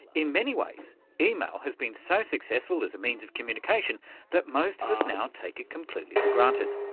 in many ways email has been so successful as a means of communication that most of us now take it completely for granted.